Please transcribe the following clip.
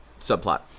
subplot